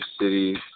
city